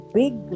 big